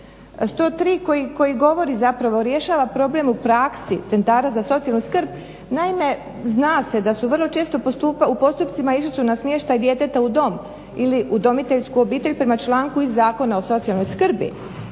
103. koji govori, zapravo rješava problem u praksi centara za socijalnu skrb. Naime, zna se da su vrlo često u postupcima išli na smještaj djeteta u dom ili udomiteljsku obitelj prema članku iz Zakona o socijalnoj skrbi